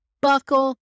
buckle